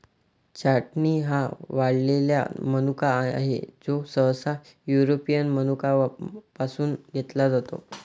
छाटणी हा वाळलेला मनुका आहे, जो सहसा युरोपियन मनुका पासून घेतला जातो